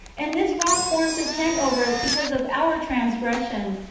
and this rock forms a tent over us because of our transgression,